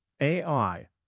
AI